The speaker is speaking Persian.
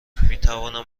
میتوانم